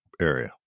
area